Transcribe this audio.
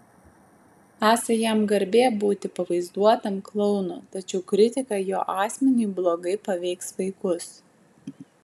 esą jam garbė būti pavaizduotam klounu tačiau kritika jo asmeniui blogai paveiks vaikus